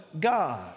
God